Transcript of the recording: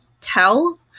tell